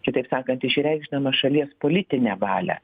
kitaip sakant išreikšdamas šalies politinę valią